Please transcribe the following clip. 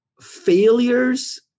failures